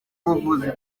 ubuvuzi